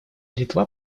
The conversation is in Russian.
литва